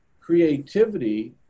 creativity